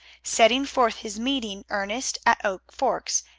setting forth his meeting ernest at oak forks,